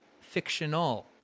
fictional